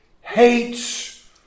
hates